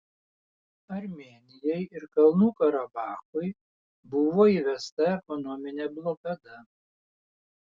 armėnijai ir kalnų karabachui buvo įvesta ekonominė blokada